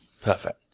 Perfect